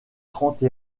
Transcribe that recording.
trente